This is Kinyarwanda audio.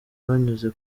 banyuze